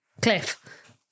Cliff